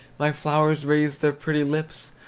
my flowers raise their pretty lips,